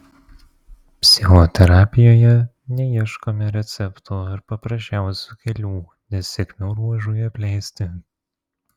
psichoterapijoje neieškome receptų ar paprasčiausių kelių nesėkmių ruožui apleisti